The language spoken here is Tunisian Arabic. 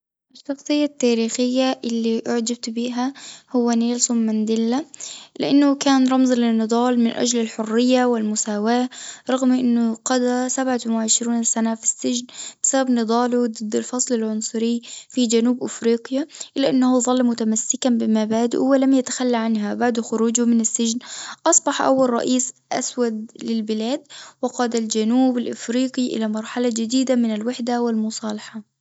الشخصية التاريخية اللي أعجبت بها هو نيلسون مانديلا، لإنه كان رمز للنضال من أجل الحرية والمساواة رغم إنه قضى سبعة وعشرون سنة في السجن بسبب نضاله ضد الفصل العنصري في جنوب إفريقيا، إلا إنه متمسكًا بمبادئه ولم يتخلى عنها بعد خروجه من السجن أصبح أول رئيس أسود للبلاد، وقاد الجنوب الإفريقي إلى مرحلة جديدة من الوحدة والمصالحة.